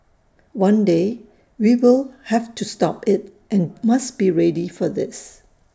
one day we will have to stop IT and must be ready for this